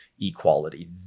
equality